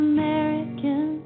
American